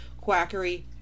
quackery